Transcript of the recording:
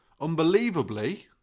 Unbelievably